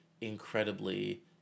incredibly